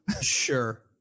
Sure